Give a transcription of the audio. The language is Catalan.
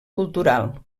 cultural